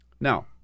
Now